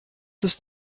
ist